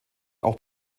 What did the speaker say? auch